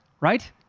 right